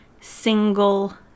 single